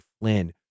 flynn